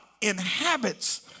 inhabits